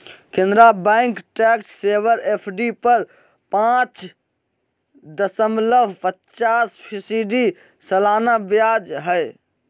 Canara bank tax saver FD पर पाच दशमलब पचास फीसदी सालाना ब्याज हइ